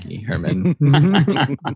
Herman